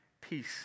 peace